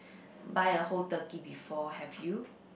buy a whole turkey before have you